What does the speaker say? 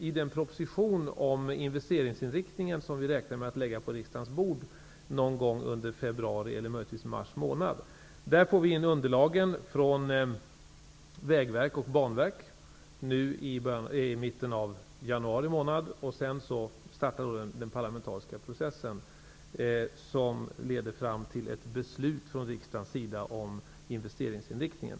I den proposition om investeringsinriktningen, som vi räknar med att läggga på riksdagens bord någon gång under februari-mars, kommer vi att bl.a. redogöra för underlagen från Vägverket och Banverket, som kommer in i mitten av januari. Sedan startar den parlamentariska processen, som skall leda fram till ett beslut i riksdagen om investeringsinriktningen.